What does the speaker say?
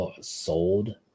sold